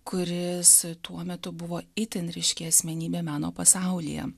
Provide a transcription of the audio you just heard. kuris tuo metu buvo itin ryški asmenybė meno pasaulyje